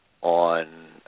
on